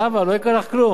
את בדרך כלל אשה הגונה.